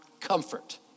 comfort